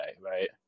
right